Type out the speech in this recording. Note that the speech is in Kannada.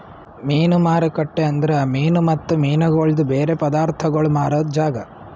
ಮೀನು ಮಾರುಕಟ್ಟೆ ಅಂದುರ್ ಮೀನು ಮತ್ತ ಮೀನಗೊಳ್ದು ಬೇರೆ ಪದಾರ್ಥಗೋಳ್ ಮಾರಾದ್ ಜಾಗ